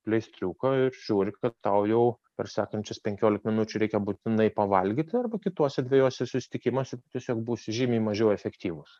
pleistriuko ir žiūri kad tau jau per sekančias penkiolika minučių reikia būtinai pavalgyt arba kituose dviejuose susitikimuose tiesiog būsi žymiai mažiau efektyvūs